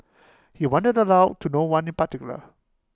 he wondered aloud to no one in particular